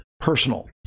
personal